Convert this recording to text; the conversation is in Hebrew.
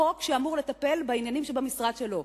חוק שאמור לטפל בעניינים שבמשרד שלו.